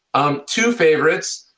um two favorites,